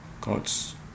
God's